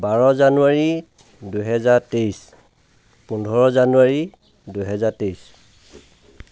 বাৰ জানুৱাৰী দুই হাজাৰ তেইছ পোন্ধৰ জানুৱাৰী দুই হাজাৰ তেইছ